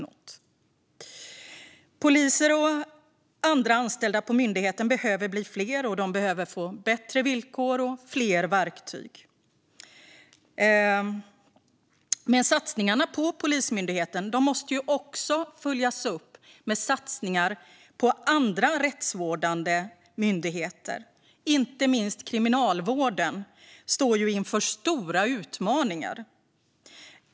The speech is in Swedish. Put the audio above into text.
Det behöver bli fler poliser och andra anställda på myndigheten, och de behöver få bättre villkor och fler verktyg. Men satsningarna på Polismyndigheten måste också följas upp med satsningar på andra rättsvårdande myndigheter. Inte minst Kriminalvården står inför stora utmaningar.